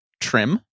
trim